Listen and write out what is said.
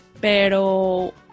pero